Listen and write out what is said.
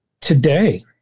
today